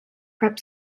prep